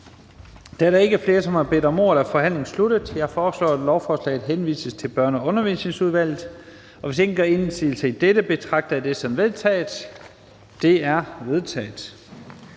Da der ikke er flere, som har bedt om ordet, er forhandlingen sluttet. Jeg foreslår, at lovforslaget henvises til Børne- og Undervisningsudvalget. Og hvis ingen gør indsigelse mod dette, betragter jeg det som vedtaget. Det er vedtaget.